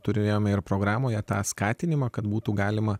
turėjome ir programoje tą skatinimą kad būtų galima